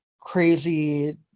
crazy